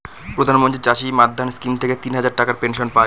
প্রধান মন্ত্রী চাষী মান্ধান স্কিম থেকে তিন হাজার টাকার পেনশন পাই